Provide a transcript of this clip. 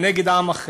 נגד עם אחר.